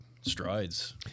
strides